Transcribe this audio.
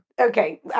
Okay